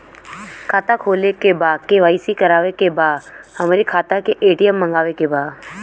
खाता खोले के बा के.वाइ.सी करावे के बा हमरे खाता के ए.टी.एम मगावे के बा?